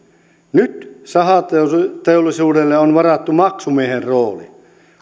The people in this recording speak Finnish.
nyt sahateollisuudelle on varattu maksumiehen rooli